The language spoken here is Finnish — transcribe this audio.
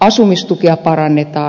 asumistukea parannetaan